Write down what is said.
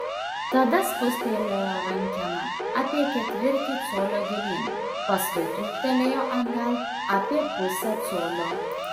tada spustelėjo rankeną apie ketvirtį colio gilyn paskui trūktelėjo atgal apie pusę colio